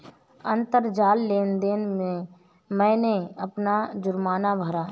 अंतरजाल लेन देन से मैंने अपना जुर्माना भरा